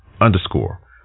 underscore